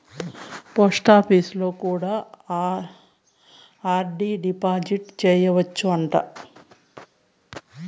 పోస్టాపీసులో కూడా RD deposit సేయచ్చు అంట